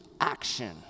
action